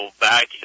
back